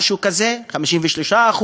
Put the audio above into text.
משהו כזה, 53%,